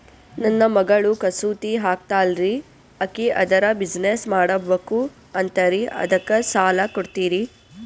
ನನ್ನ ಮಗಳು ಕಸೂತಿ ಹಾಕ್ತಾಲ್ರಿ, ಅಕಿ ಅದರ ಬಿಸಿನೆಸ್ ಮಾಡಬಕು ಅಂತರಿ ಅದಕ್ಕ ಸಾಲ ಕೊಡ್ತೀರ್ರಿ?